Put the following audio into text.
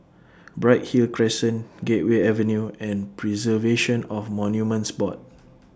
Bright Hill Crescent Gateway Avenue and Preservation of Monuments Board